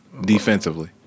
Defensively